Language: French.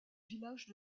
villages